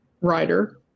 writer